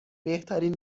بهترین